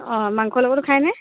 অঁ মাংসৰ ল'গতো খায়নে